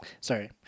Sorry